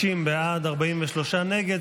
60 בעד, 43 נגד.